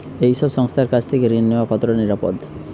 এই সব সংস্থার কাছ থেকে ঋণ নেওয়া কতটা নিরাপদ?